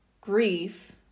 grief